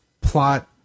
plot